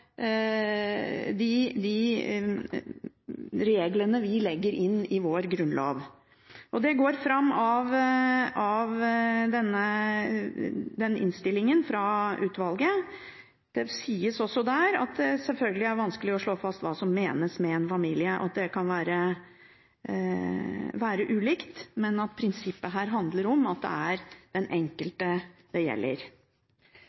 de reglene vi legger inn i vår grunnlov. Dette går fram av innstillingen fra utvalget. Det sies også der at det selvfølgelig er vanskelig å slå fast hva som menes med en familie, og at det kan være ulikt, men at prinsippet handler om at det er den